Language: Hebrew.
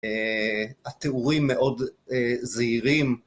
התיאורים מאוד זהירים